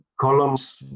columns